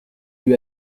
lui